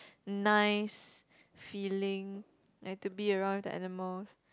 nice feeling like to be around the animals